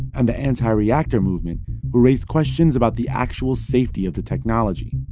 and the anti-reactor movement, who raised questions about the actual safety of the technology.